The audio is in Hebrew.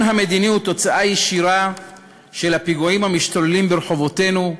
המדיני הוא תוצאה ישירה של הפיגועים המשתוללים ברחובותינו,